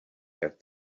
get